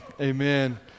Amen